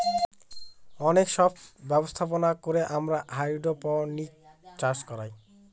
অনেক সব ব্যবস্থাপনা করে আমরা হাইড্রোপনিক্স চাষ করায়